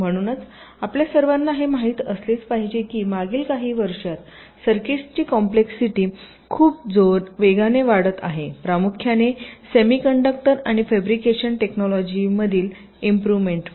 म्हणूनच आपल्या सर्वांना हे माहित असलेच पाहिजे की मागील काही वर्षांत सर्किटची कॉम्प्लेसिटी खूप वेगाने वाढत आहे प्रामुख्याने सेमीकंडक्टर आणि फॅब्रिकेशन टेक्नोलोंजिमधील इम्प्रुव्हमेंटमुळे